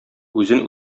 үзен